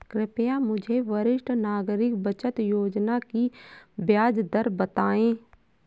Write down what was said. कृपया मुझे वरिष्ठ नागरिक बचत योजना की ब्याज दर बताएं?